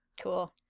cool